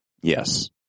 Yes